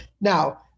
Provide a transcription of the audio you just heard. Now